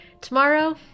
Tomorrow